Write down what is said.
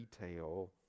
detail